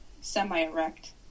semi-erect